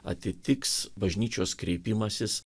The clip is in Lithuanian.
atitiks bažnyčios kreipimasis